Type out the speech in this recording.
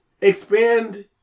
expand